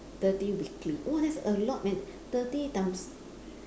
thirty weekly !wah! that's a lot man thirty times